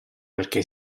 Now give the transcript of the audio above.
perché